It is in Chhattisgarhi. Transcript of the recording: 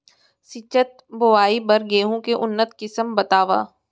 सिंचित बोआई बर गेहूँ के उन्नत किसिम बतावव?